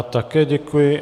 Také děkuji.